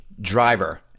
driver